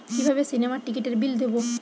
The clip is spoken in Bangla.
কিভাবে সিনেমার টিকিটের বিল দেবো?